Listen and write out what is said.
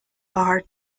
are